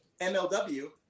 mlw